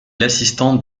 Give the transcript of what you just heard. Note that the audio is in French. l’assistante